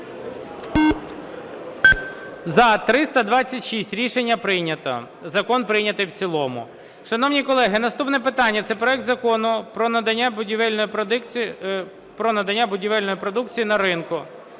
За-326 Рішення прийнято. Закон прийнятий в цілому. Шановні колеги, наступне питання – це проект Закону про надання будівельної продукції на ринку